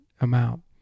amount